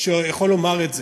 שיכול לומר את זה.